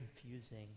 confusing